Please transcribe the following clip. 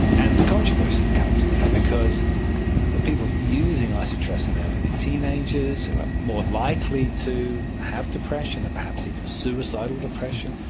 and the controversy comes there because people using isotretinoin are um and teenagers, who are more likely to have depression or perhaps even suicidal depression.